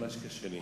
ממש קשה לי.